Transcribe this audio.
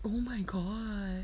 oh my god